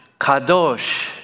kadosh